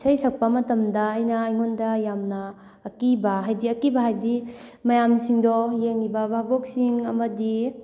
ꯏꯁꯩ ꯁꯛꯄ ꯃꯇꯝꯗ ꯑꯩꯅ ꯑꯩꯉꯣꯟꯗ ꯌꯥꯝꯅ ꯑꯀꯤꯕ ꯍꯥꯏꯗꯤ ꯑꯀꯤꯕ ꯍꯥꯏꯗꯤ ꯃꯌꯥꯝꯁꯤꯡꯗꯣ ꯌꯦꯡꯉꯤꯕ ꯚꯥꯕꯣꯛꯁꯤꯡ ꯑꯃꯗꯤ